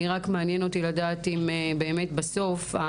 מעניין אותי לדעת אם הם,